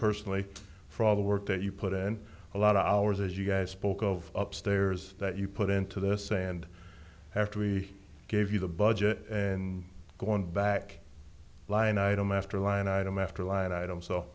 personally for all the work that you put in a lot of hours as you guys spoke of up stairs that you put into the sand after we gave you the budget and going back line item after line item after line item so